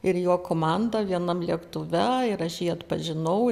ir jo komanda vienam lėktuve ir aš jį atpažinau